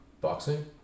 Boxing